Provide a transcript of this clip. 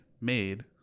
made